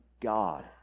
God